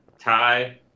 tie